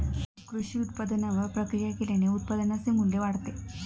कृषी उत्पादनावर प्रक्रिया केल्याने उत्पादनाचे मू्ल्य वाढते